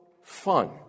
fun